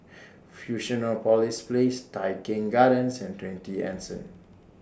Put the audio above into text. Fusionopolis Place Tai Keng Gardens and twenty Anson